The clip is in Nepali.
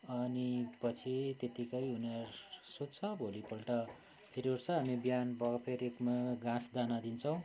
अनि पछि त्यत्तिकै उनीहरू सुत्छ भोलिपल्ट फेरि उठ्छ अनि बिहानपख थलोमा घाँस दाना दिन्छौँ